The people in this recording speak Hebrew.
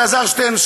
אלעזר שטרן,